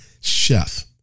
chef